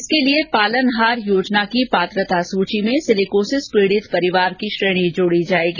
इसके लिए पालनहार योजना की पात्रता सूची में सिलिकोसिस पीड़ित परिवार की श्रेणी जोड़ी जाएगी